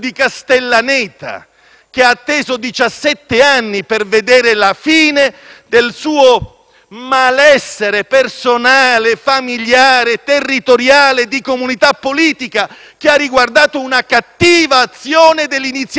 che ha atteso diciassette anni per vedere la fine del suo malessere personale, familiare, territoriale, di comunità politica, che ha riguardato una cattiva azione dell'iniziativa giudiziaria.